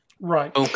Right